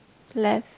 left